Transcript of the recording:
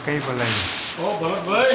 કંઈ બોલાય નહીં